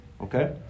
okay